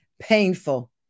painful